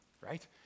right